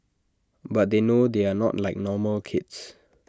but they know they are not like normal kids